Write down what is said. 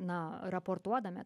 na raportuodami